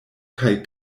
kaj